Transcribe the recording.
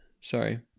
sorry